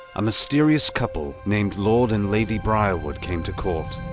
a mysterious couple named lord and lady briarwood came to court.